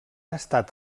estat